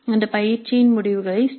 இந்த பயிற்சிகளின் முடிவுகளை story